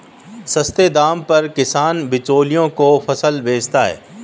सस्ते दाम पर किसान बिचौलियों को फसल बेचता है